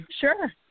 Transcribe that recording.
Sure